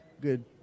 good